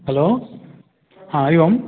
hello हा हरिः ओम्